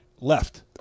left